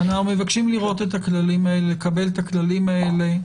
אנחנו מבקשים לקבל את הכללים האלה.